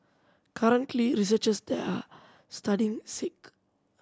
currently researchers there are studying sake